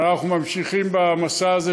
אנחנו ממשיכים במסע הזה,